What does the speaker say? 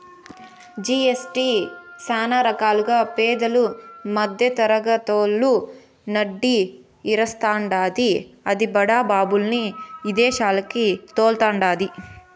GST సానా రకాలుగా పేదలు, మద్దెతరగతోళ్ళు నడ్డి ఇరస్తాండాది, అది బడా బాబుల్ని ఇదేశాలకి తోల్తండాది